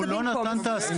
אבל אם הוא לא נתן את ההסכמה,